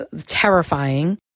terrifying